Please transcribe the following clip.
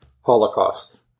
Holocaust